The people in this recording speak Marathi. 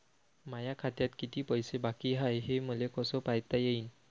माया खात्यात किती पैसे बाकी हाय, हे मले कस पायता येईन?